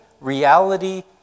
reality